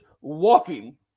walking